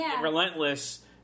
relentless